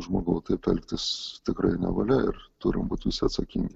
žmogau taip elgtis tikrai nevalia ir turim būt atsakingi